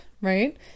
right